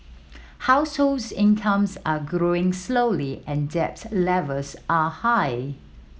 households incomes are growing slowly and debt levels are high